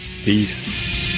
peace